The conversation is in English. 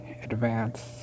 Advance